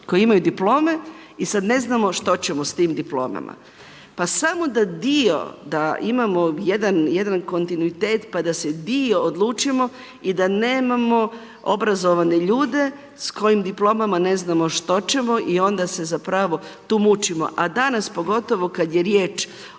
koji imaju diplome i sad ne znamo što ćemo s tim diplomama. Pa samo da dio, da imamo jedan kontinuitet pa da se dio odlučimo i da nemamo obrazovane ljude s kojim diplomama ne znamo što ćemo i onda se zapravo tu mučimo, a danas pogotovo kad je riječ